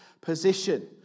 position